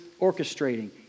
orchestrating